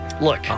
Look